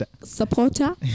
supporter